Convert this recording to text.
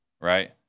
right